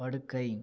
படுக்கை